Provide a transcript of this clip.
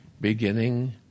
beginning